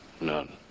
None